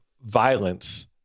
violence